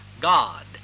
God